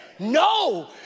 No